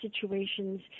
situations